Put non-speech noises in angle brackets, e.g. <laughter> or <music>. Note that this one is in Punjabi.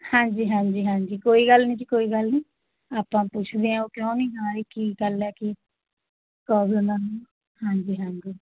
ਹਾਂਜੀ ਹਾਂਜੀ ਹਾਂਜੀ ਕੋਈ ਗੱਲ ਨਹੀਂ ਜੀ ਕੋਈ ਗੱਲ ਨਹੀਂ ਆਪਾਂ ਪੁੱਛਦੇ ਹਾਂ ਉਹ ਕਿਉਂ ਨਹੀਂ <unintelligible> ਕੀ ਗੱਲ ਹੈ ਕੀ ਪ੍ਰੋਬਲਮ ਆ ਉਹਨਾਂ ਨੂੰ ਹਾਂਜੀ ਹਾਂਜੀ